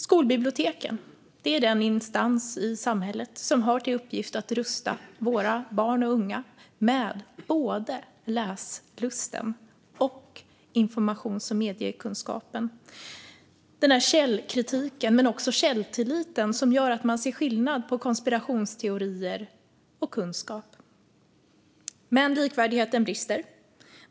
Skolbiblioteken är den instans i samhället som har till uppgift att rusta våra barn och unga med både läslusten och informations och mediekunskapen. Det är den där källkritiken men också källtilliten som gör att man ser skillnad på konspirationsteorier och kunskap. Men likvärdigheten brister.